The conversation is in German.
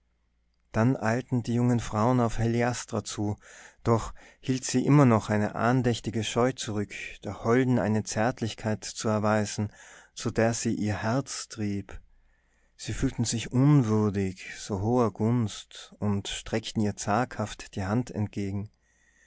dann eilten die jungen frauen auf heliastra zu doch hielt sie immer noch eine andächtige scheu zurück der holden eine zärtlichkeit zu erweisen zu der sie ihr herz trieb sie fühlten sich unwürdig so hoher gunst und streckten ihr zaghaft die hand entgegen